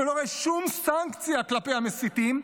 שלא רואה שום סנקציה כלפי המסיתים,